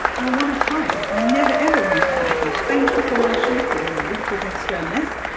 i won a prize. i never never win prizes. thank you for my shorty awards for best journalist.